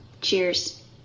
Cheers